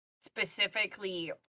specifically